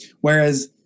Whereas